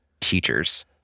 teachers